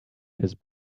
his